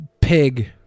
pig